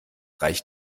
reich